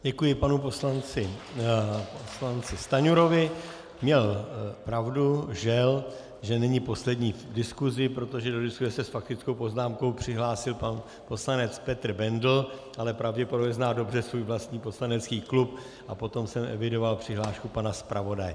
Děkuji panu poslanci Stanjurovi, měl pravdu, žel, že není poslední v diskuzi, protože do diskuze se s faktickou poznámkou přihlásil pan poslanec Petr Bendl, ale pravděpodobně zná dobře svůj vlastní poslanecký klub, a potom jsem evidoval přihlášku pana zpravodaje.